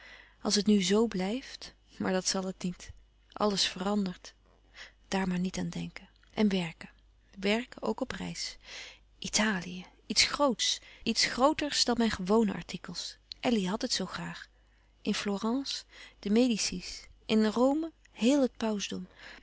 als het nu zoo blijft maar dat zal het niet alles verandert daar maar niet aan denken en werken werken ook op reis italië iets grots iets grooters dan mijn gewone artikels elly had het zoo graag in florence de medicis in rome héel het